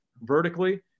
vertically